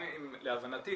להבנתי,